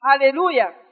Hallelujah